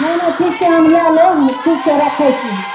नहि नहि ठीक छै हम लऽ लेब ठीक छै रखै छी हम